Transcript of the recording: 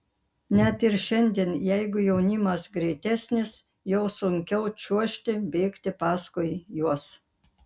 net ir šiandien jeigu jaunimas greitesnis jau sunkiau čiuožti bėgti paskui juos